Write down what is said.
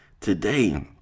Today